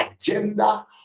agenda